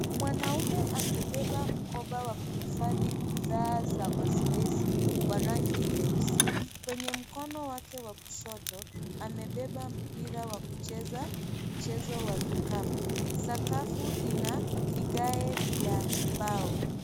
Mwanaume amebeba mkoba wa kuhifadhi bidhaa za mazoezi wa rangi nyeusi. Kwenye mkono wa kushoto amebeba mpira wa kucheza ,mchezo wa vikapu. Sakafu ina vigae vya mbao.